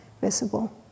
visible